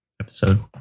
episode